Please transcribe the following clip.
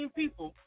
people